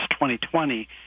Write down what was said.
2020